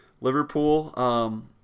Liverpool